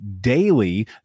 daily